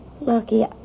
Lucky